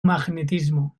magnetismo